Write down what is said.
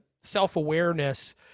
self-awareness